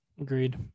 Agreed